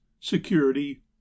security